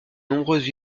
nombreuses